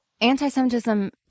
anti-Semitism